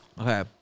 Okay